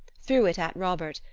threw it at robert,